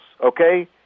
okay